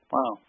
Wow